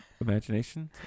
Imagination